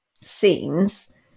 scenes